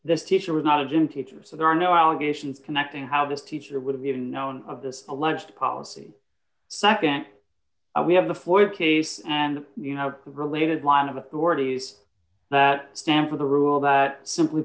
the teacher was not a gym teacher so there are no allegations connecting how this teacher would have even known of this alleged policy nd we have the floyd case and the related line of authorities that stand for the rule that simply